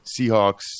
Seahawks